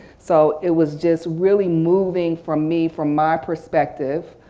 so it was just really moving from me from my perspective,